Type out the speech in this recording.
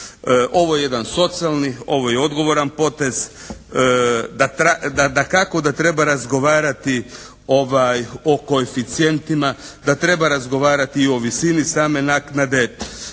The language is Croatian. Ovo je jedan socijalni, ovo je odgovoran potez. Dakako da treba razgovarati o koeficijentima, da treba razgovarati o visini same naknade.